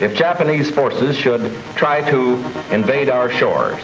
if japanese forces should try to invade our shores.